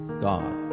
God